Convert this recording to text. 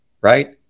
right